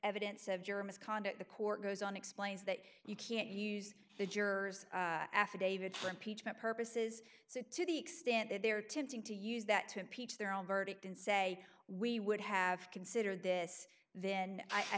evidence of germs conduct the court goes on explains that you can't use the jurors affidavits impeachment purposes so to the extent that they're tending to use that to impeach their own verdict and say we would have considered this then i